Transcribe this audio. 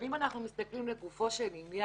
אבל אם אנחנו מסתכלים לגופו של עניין,